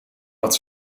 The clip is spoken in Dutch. wat